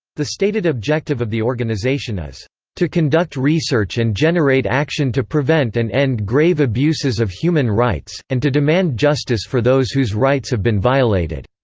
the stated objective of the organization is to conduct research and generate action to prevent and end grave abuses of human rights, and to demand justice for those whose rights have been violated.